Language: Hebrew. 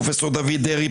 פרופ' דוד דרעי,